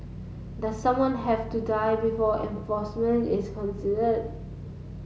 does someone have to die before enforcement is consider